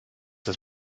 das